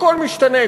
הכול משתנה.